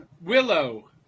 Willow